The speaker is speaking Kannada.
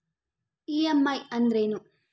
ಇ.ಎಮ್.ಐ ಅಂದ್ರೇನು?